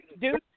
dude